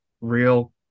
real